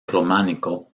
románico